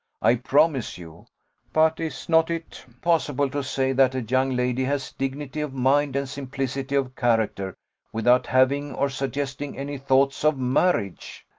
i promise you but is not it possible to say that a young lady has dignity of mind and simplicity of character without having or suggesting any thoughts of marriage?